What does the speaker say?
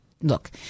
Look